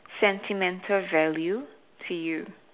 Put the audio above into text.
sentimental value to you